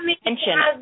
attention